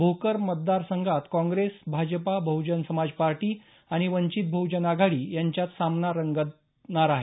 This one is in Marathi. भोकर मतदार संघात काँग्रेस भाजपा बहुजन समाज पार्टी आणि वंचित बहुजन आघाडी यांच्यात सामना रंगतदार होणार आहे